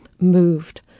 moved